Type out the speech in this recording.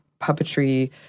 puppetry